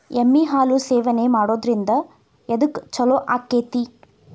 ಎಮ್ಮಿ ಹಾಲು ಸೇವನೆ ಮಾಡೋದ್ರಿಂದ ಎದ್ಕ ಛಲೋ ಆಕ್ಕೆತಿ?